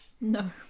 No